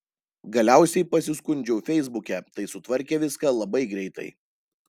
galiausiai pasiskundžiau feisbuke tai sutvarkė viską labai greitai